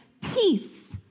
Peace